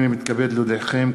הנני מתכבד להודיעכם,